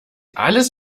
alles